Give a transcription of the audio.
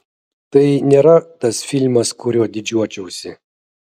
tai nėra tas filmas kuriuo didžiuočiausi